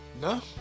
No